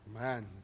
man